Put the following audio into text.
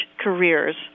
careers